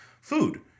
food